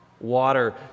Water